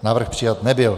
Návrh přijat nebyl.